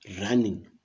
running